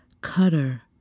cutter